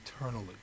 Eternally